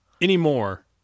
anymore